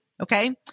Okay